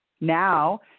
Now